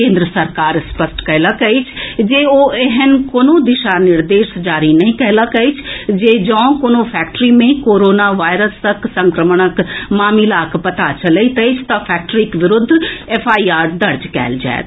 केन्द्र सरकार स्पष्ट कएलक अछि जे ओ एहेन कोनो दिशा निर्देश जारी नहि कएलक अछि जे जँ कोनो फैक्टरी मे कोरोना वायरस संक्रमणक मामिलाक पता चलैत अछि तऽ फैक्टरी के विरूद्ध एफआईआर दर्ज एकल जाएत